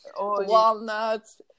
Walnuts